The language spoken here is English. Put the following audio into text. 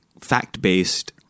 fact-based